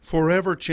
Forever